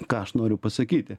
ką aš noriu pasakyti